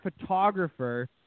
photographer